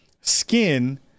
skin